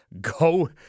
go